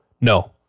no